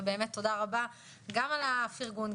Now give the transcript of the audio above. ובאמת תודה רבה גם על הפרגון,